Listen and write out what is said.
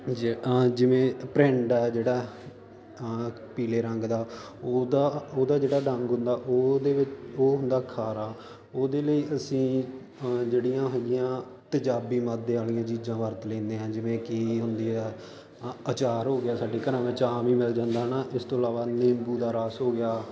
ਜਿ ਜਿਵੇਂ ਭਰਿੰਡ ਆ ਜਿਹੜਾ ਪੀਲੇ ਰੰਗ ਦਾ ਉਹਦਾ ਉਹਦਾ ਜਿਹੜਾ ਡੰਗ ਹੁੰਦਾ ਉਹਦੇ ਵਿੱਚ ਉਹ ਹੁੰਦਾ ਖਾਰਾ ਉਹਦੇ ਲਈ ਅਸੀਂ ਜਿਹੜੀਆਂ ਹੈਗੀਆਂ ਤੇਜ਼ਾਬੀ ਮਾਦੇ ਵਾਲੀਆਂ ਚੀਜ਼ਾਂ ਵਰਤ ਲੈਂਦੇ ਹਾਂ ਜਿਵੇਂ ਕਿ ਹੁੰਦੀ ਆ ਅ ਅਚਾਰ ਹੋ ਗਿਆ ਸਾਡੇ ਘਰਾਂ ਵਿੱਚ ਆਮ ਹੀ ਮਿਲ ਜਾਂਦਾ ਹੈ ਨਾ ਇਸ ਤੋਂ ਇਲਾਵਾ ਨਿੰਬੂ ਦਾ ਰਸ ਹੋ ਗਿਆ